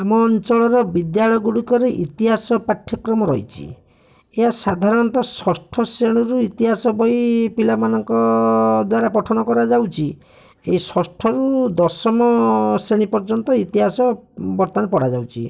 ଆମ ଅଞ୍ଚଳର ବିଦ୍ୟାଳୟ ଗୁଡ଼ିକରେ ଇତିହାସ ପାଠ୍ୟକ୍ରମ ରହିଛି ଏହା ସାଧାରଣତଃ ଷଷ୍ଠ ଶ୍ରେଣୀରୁ ଇତିହାସ ବହି ପିଲାମାନଙ୍କ ଦ୍ଵାରା ପଠନ କରାଯାଉଛି ଏ ଷଷ୍ଠରୁ ଦଶମ ଶ୍ରେଣୀ ପର୍ଯ୍ୟନ୍ତ ଇତିହାସ ବର୍ତ୍ତମାନ ପଢ଼ା ଯାଉଛି